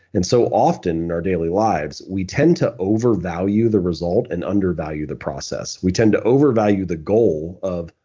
and so often our daily lives, we tend to overvalue the result and undervalue the process. we tend to overvalue the goal of,